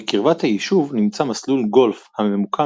בקרבת היישוב נמצא מסלול גולף הממוקם